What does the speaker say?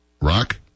Rock